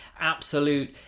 absolute